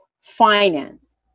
finance